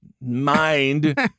mind